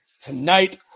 tonight